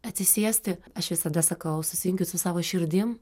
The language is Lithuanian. atsisėsti aš visada sakau susijungiu su savo širdim